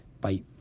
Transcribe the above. bye